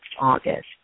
August